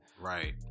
right